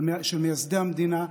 של מייסדי המדינה,